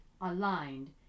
aligned